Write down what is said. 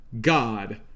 God